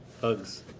Hugs